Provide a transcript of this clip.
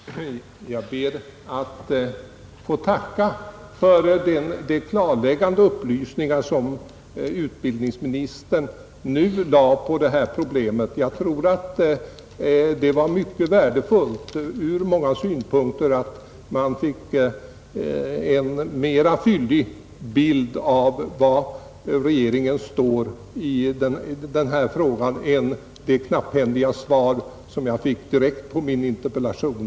Herr talman! Jag ber att få tacka för de klarläggande upplysningar som utbildningsministern nu lämnade rörande detta problem. Jag tror att det var mycket värdefullt ur många synpunkter att man fick en mera fyllig bild av var regeringen står i den här frågan än som gavs i det knapphändiga svar som jag fick direkt på min interpellation.